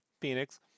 Phoenix